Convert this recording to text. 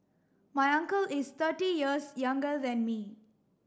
my uncle is thirty years younger than me